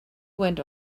went